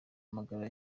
amagara